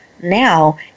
now